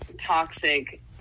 toxic